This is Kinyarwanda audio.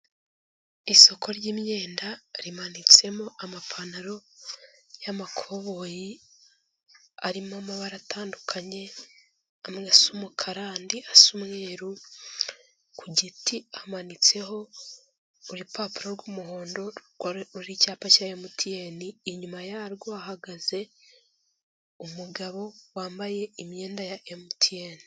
Isoko ry'imyenda rimanitsemo amapantaro y'amakoboyi arimo amabara atandukanye amwe asa umukara andi asa umweru, ku giti hamanitseho urupapuro rw'umuhondo ruriho icyapa cya MTN, inyuma yarwo hahagaze umugabo wambaye imyenda ya MTN.